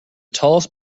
tallest